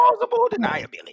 deniability